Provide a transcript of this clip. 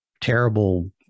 terrible